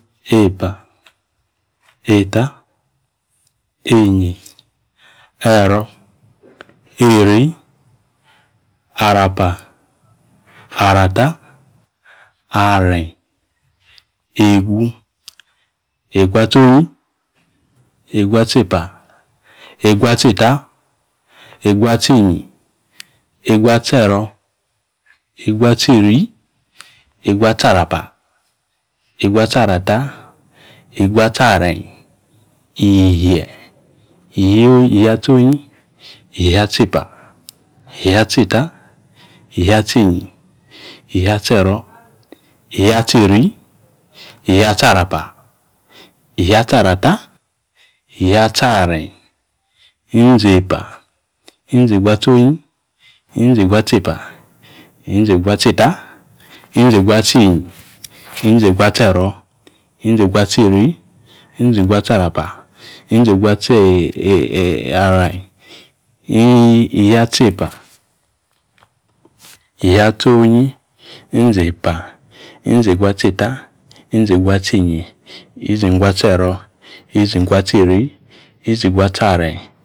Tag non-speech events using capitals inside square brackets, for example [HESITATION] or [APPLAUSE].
Epa eta enyi e̱ro̱ eri arrapa arrata, arren, egu, eguatsonyi eguatsepa, eguatseta eguatsenyi eguatsero̱ eguatseri eguatsarapa, eguatsorata eguatsaren, ishie̱, ishie atsonyi ishieatsepa ishieatseta, ishieatsenyi ishieatsero̱ ishieatseri ishieatsara pa, ishieatsarata ishieatsaren mzepa mzeguatsonyi mzeguatsepa mzeguatseta mzeguatsenyi mzeguatsero mzeguatseri mzeguatsarapa [HESITATION] mzeguatsaren [HESITATION] ishieatsepa ishieatsonyi mzeepa mzeguatseta mzeguatsenyi mzeguatsero̱ mzeguatseri mzeguatsaren.